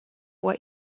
what